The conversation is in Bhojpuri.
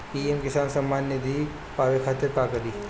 पी.एम किसान समान निधी पावे खातिर का करी?